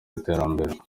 iterambere